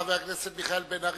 חבר הכנסת מיכאל בן-ארי,